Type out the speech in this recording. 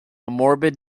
morbid